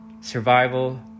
survival